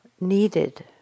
needed